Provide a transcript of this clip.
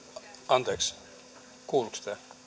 anteeksi kuuluuko